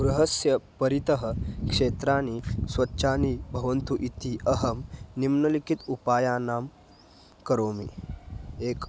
गृहं परितः क्षेत्राणि स्वच्छानि भवन्तु इति अहं निम्नलिखितान् उपायान् करोमि एकं